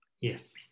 Yes